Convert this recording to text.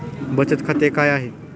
बचत खाते काय आहे?